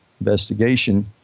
investigation